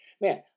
man